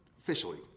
officially